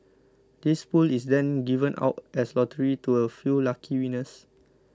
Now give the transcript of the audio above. this pool is then given out as lottery to a few lucky winners